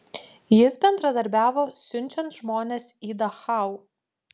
jis bendradarbiavo siunčiant žmones į dachau